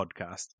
podcast